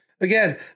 again